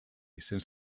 since